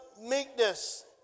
meekness